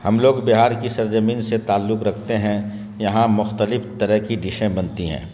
ہم لوگ بہار کی سرزمین سے تعلق رکھتے ہیں یہاں مختلف طرح کی ڈشیں بنتی ہیں